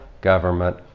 government